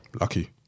Lucky